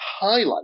highlight